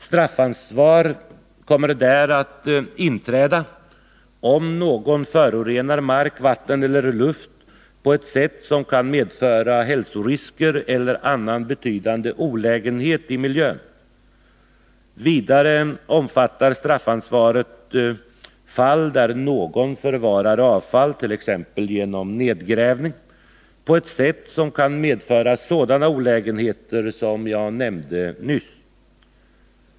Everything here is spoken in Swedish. Straffansvar kommer att inträda om någon förorenar mark, vatten eller luft på ett sätt som kan medföra hälsorisker eller annan betydande olägenhet i miljön. Vidare omfattar straffansvaret fall där någon förvarar avfall — t.ex. genom nedgrävning — på ett sätt som kan medföra sådana olägenheter som jag nyss nämnde.